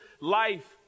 life